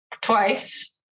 twice